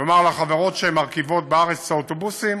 כלומר, לחברות שמרכיבות את האוטובוסים